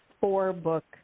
four-book